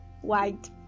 white